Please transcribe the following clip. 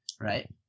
right